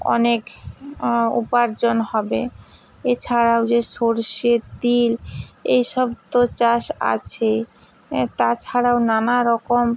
অনেক উপার্জন হবে এছাড়াও যে সরষে তিল এই সব তো চাষ আছেই তাছাড়াও নানা রকম